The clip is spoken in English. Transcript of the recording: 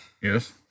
Yes